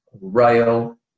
rail